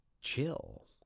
chill